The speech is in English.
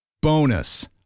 Bonus